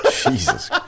Jesus